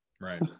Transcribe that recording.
right